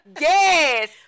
Yes